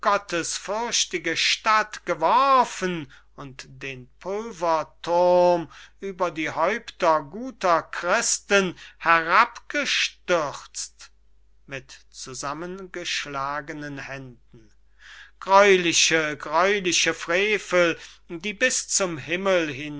gottesfürchtige stadt geworfen und den pulverthurm über die häupter guter christen herabgestürzt mit zusammengeschlagenen händen greuliche greuliche frevel die bis zum himmel